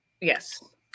Yes